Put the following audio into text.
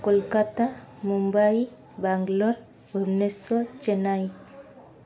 Kolkata Mumbai Bangalore Bhubaneswar Chennai